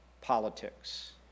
politics